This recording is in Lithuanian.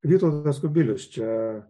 vytautas kubilius čia